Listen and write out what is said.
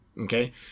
Okay